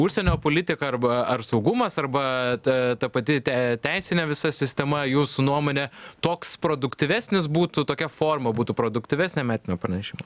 užsienio politika arba ar saugumas arba ta ta pati te teisinė visa sistema jūsų nuomone toks produktyvesnis būtų tokia forma būtų produktyvesnė metinio pranešimo